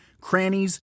crannies